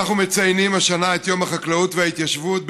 אנחנו ממשיכים, לציון יום החקלאות בכנסת,